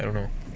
I don't know